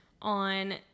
On